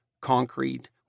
concrete